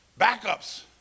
backups